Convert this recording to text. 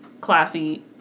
classy